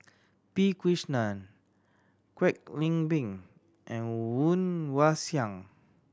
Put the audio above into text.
P Krishnan Kwek Leng Beng and Woon Wah Siang